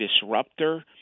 disruptor